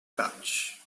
pouch